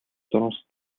зурвас